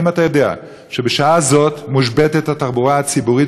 האם אתה יודע שבשעה זו מושבתת התחבורה הציבורית